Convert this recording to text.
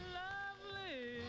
lovely